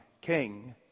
king